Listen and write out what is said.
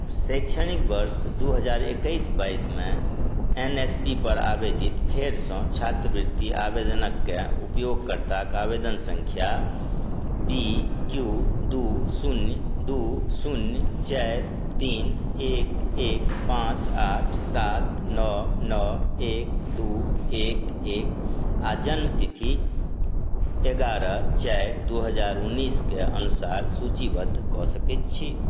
शैक्षणिक वर्ष दुइ हजार एकैस बाइसमे एन एस पी पर आवेदित फेरसँ छात्रवृति आवेदनके के उपयोगकर्ताके आवेदन सँख्या बी क्यू दुइ शून्य दू शून्य चारि तीन एक एक पाँच आठ सात नओ नओ एक दुइ एक एक आओर जनमतिथि एगारह चारि दुइ हजार उनैसके अनुसार सूचीबद्ध कऽ सकै छी